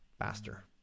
faster